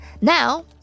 Now